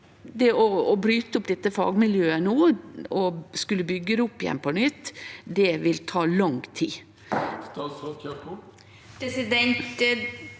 og å bryte opp dette fagmiljøet no og skulle byggje det opp igjen på nytt vil ta lang tid.